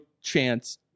chance